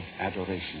adoration